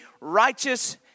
righteous